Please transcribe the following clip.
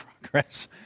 progress